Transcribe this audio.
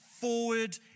forward